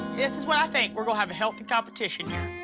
this is what i think. we're gonna have a healthy competition here.